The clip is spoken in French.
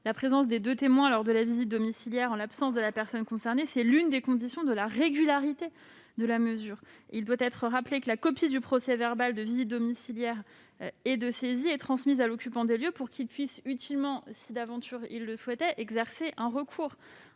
la présence de deux témoins lors de la visite domiciliaire en l'absence de la personne concernée est l'une des conditions de la régularité de la mesure. En effet, la copie du procès-verbal des visites domiciliaires et de saisie est transmise à l'occupant des lieux, pour que celui-ci puisse utilement, si d'aventure il le souhaite, exercer un recours.